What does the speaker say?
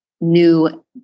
new